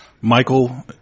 Michael